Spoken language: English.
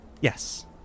Yes